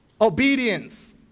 Obedience